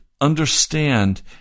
understand